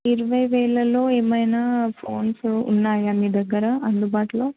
ఇరవై వేలల్లో ఏమైనా ఫోన్స్ ఉన్నాయా మీ దగ్గర అందుబాటులో